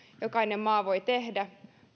jokainen maa voi tehdä